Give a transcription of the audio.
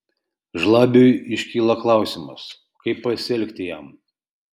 žlabiui iškyla klausimas kaip pasielgti jam